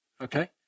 okay